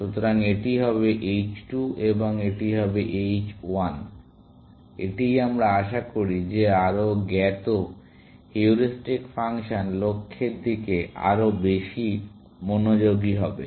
সুতরাং এটি হবে h 2 এবং এটি হবে h 1 এটিই আমরা আশা করি যে আরও জ্ঞাত হিউরিস্টিক ফাংশন লক্ষ্যের দিকে আরও বেশি মনোযোগী হবে